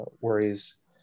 worries